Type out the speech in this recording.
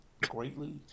Greatly